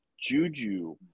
Juju